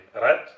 right